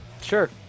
Sure